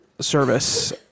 service